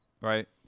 right